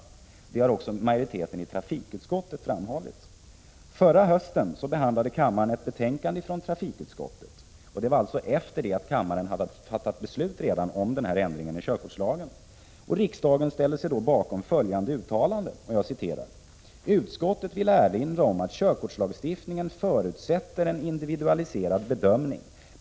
Detta har också majoriteten i trafikutskottet framhållit. Förra hösten behandlade kammaren ett betänkande från trafikutskottet — det var alltså efter det att kammaren hade fattat beslut om ändring i körkortslagen. Riksdagen ställde sig då bakom följande uttalande: ”Utskottet vill erinra om att körkortslagstiftningen förutsätter en individualiserad bedömning.